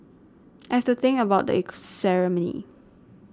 I have to think about the ceremony